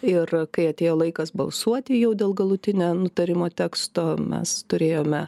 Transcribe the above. ir kai atėjo laikas balsuoti jau dėl galutinio nutarimo teksto mes turėjome